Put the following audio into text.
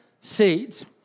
seeds